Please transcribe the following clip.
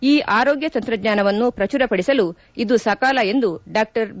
ಈ ಆರೋಗ್ಯ ತಂತ್ರಜ್ಞಾನವನ್ನು ಪ್ರಚುರ ಪಡಿಸಲು ಇದು ಸಕಾಲ ಎಂದು ಡಾ ಬಿ